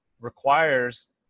requires